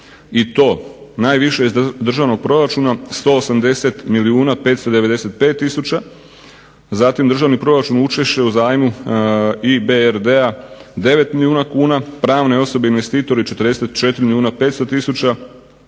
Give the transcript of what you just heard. i to najviše iz državnog proračuna 180 milijuna 595000. Zatim državni proračun učešće u zajmu IBRD-a 9 milijuna kuna, pravne osobe investitori 44 milijuna 500 tisuća